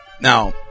now